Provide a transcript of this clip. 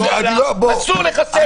אסור לחסל.